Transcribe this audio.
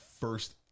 first